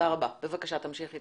אני